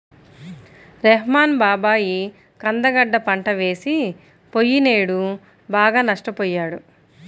రెహ్మాన్ బాబాయి కంద గడ్డ పంట వేసి పొయ్యినేడు బాగా నష్టపొయ్యాడు